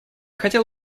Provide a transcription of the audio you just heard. хотел